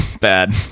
Bad